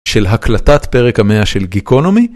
של הקלטת פרק 100 של גיקונומי?